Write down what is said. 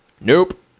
nope